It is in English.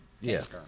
Yes